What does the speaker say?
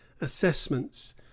assessments